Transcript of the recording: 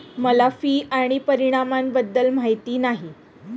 मला फी आणि परिणामाबद्दल माहिती नाही